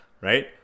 Right